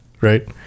Right